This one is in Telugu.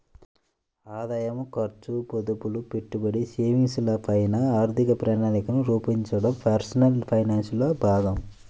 ఆదాయం, ఖర్చు, పొదుపులు, పెట్టుబడి, సేవింగ్స్ ల పైన ఆర్థిక ప్రణాళికను రూపొందించడం పర్సనల్ ఫైనాన్స్ లో భాగం